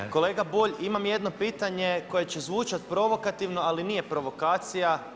Uvaženi kolega Bulj, imam jedno pitanje koje će zvučati provokativno, ali nije provokacija.